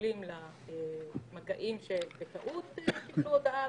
ביטולים למגעים שבטעות קיבלו הודעה,